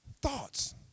thoughts